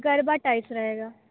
garba type रहेगा